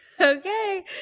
Okay